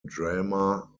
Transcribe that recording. drama